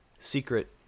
secret